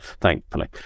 thankfully